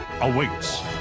awaits